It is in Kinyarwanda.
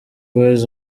boys